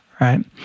right